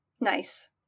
Nice